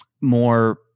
more